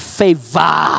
favor